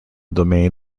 domain